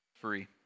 free